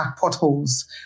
potholes